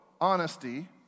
honesty